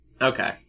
okay